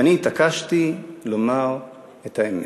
ואני התעקשתי לומר את האמת.